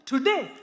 Today